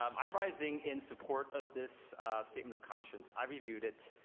um i'm riseing in support of this statement of conscience. i've reviewed it.